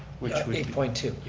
which would eight point two.